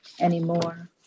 anymore